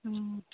অঁ